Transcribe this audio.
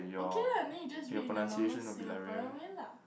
okay lah then you just read in a normal Singaporean way lah